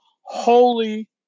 Holy